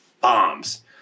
bombs